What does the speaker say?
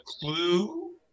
clue